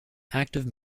active